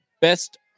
best